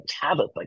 Tabitha